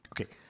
Okay